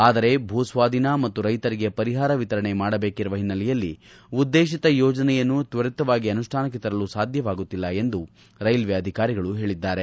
ಆದರೆ ಭೂಸ್ನಾಧೀನ ಮತ್ತು ರೈತರಿಗೆ ಪರಿಹಾರ ವಿತರಣೆ ಮಾಡಬೇಕಿರುವ ಹಿನ್ನೆಲೆಯಲ್ಲಿ ಉದ್ದೇಶಿತ ಯೋಜನೆಯನ್ನು ತ್ವರಿತವಾಗಿ ಅನುಷ್ಠಾನಕ್ಕೆ ತರಲು ಸಾಧ್ಯವಾಗುತ್ತಿಲ್ಲ ಎಂದು ರೈಲ್ವೆ ಅಧಿಕಾರಿಗಳು ಹೇಳಿದ್ದಾರೆ